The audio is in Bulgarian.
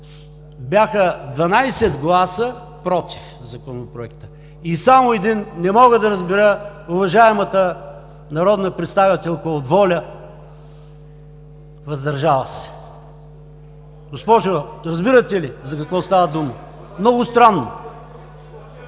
бяха 12 гласа „против“ Законопроекта и само един – не мога да разбера уважаемата народна представителка от „Воля“ – „въздържал се“. Госпожо, разбирате ли за какво става дума? Много странно.